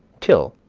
till,